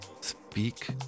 speak